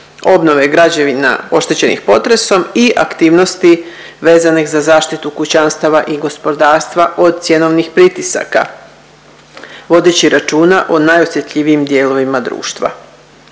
obnove građevina oštećenih potresom i aktivnosti vezanih za zaštitu kućanstava i gospodarstva od cjenovnih pritisaka, vodeći računa o najosjetljivim dijelovima društva.